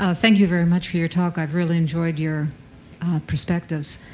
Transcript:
um thank you very much for your talk. i've really enjoyed your perspectives.